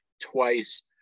twice